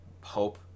hope